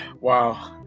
wow